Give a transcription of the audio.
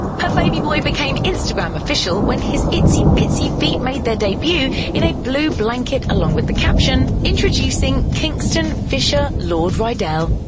her baby boy became instagram official when his itsy bitsy feet made their debut in a blue blanket along with the caption, introducing kingston fisher lourd rydell.